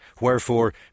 Wherefore